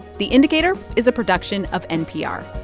the indicator is a production of npr